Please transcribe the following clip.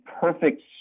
perfect